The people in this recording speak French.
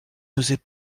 n’osait